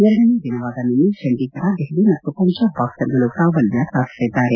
ಎರಡನೇ ದಿನವಾದ ನಿನ್ನೆ ಚಂಡೀಗಢ ದೆಹಲಿ ಮತ್ತು ಪಂಜಾಬ್ ಬಾಕ್ಸರ್ ಗಳು ಪ್ರಾಬಲ್ಯ ಸಾಧಿಸಿದ್ದಾರೆ